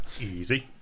Easy